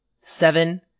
Seven